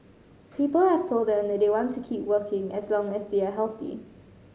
people have told him that they want to keep working as long as they are healthy